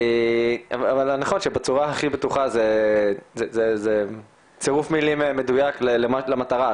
אבל נכון שבצורה הכי בטוחה שזה צירוף מלים מדוייק למטרה,